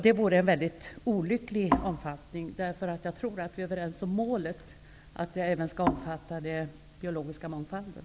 Det vore en väldigt olycklig omfattning, för jag tror att vi är överens om målet, att strandskyddet även skall omfatta den biologiska mångfalden.